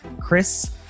Chris